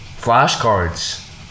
flashcards